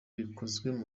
bikozwe